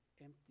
empty